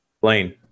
Blaine